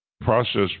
process